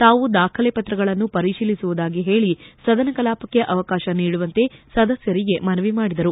ತಾವು ದಾಖಲೆ ಪ್ರತ್ರಗಳನ್ನು ಪರಿಶೀಲಿಸುವುದಾಗಿ ಹೇಳಿ ಸದನ ಕಲಾಪಕ್ಕೆ ಅವಕಾಶ ನೀಡುವಂತೆ ಸದಸ್ನರಿಗೆ ಮನವಿ ಮಾಡಿದರು